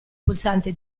pulsante